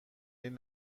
این